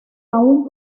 aun